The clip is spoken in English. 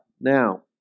Now